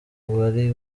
bari